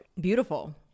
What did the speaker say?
Beautiful